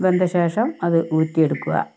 വെന്ത ശേഷം അത് ഊറ്റിയെടുക്കുക